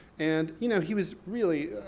and you know, he was really,